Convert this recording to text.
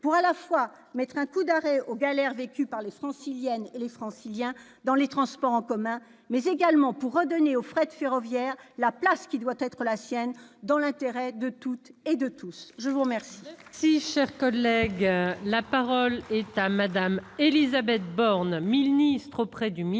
à la fois pour mettre un coup d'arrêt aux galères vécues par les Franciliennes et les Franciliens dans les transports en commun et pour redonner au fret ferroviaire la place qui doit être la sienne dans l'intérêt de toutes et tous. La parole